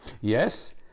Yes